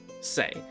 say